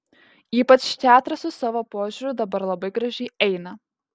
ypač teatras su savo požiūriu dabar labai gražiai eina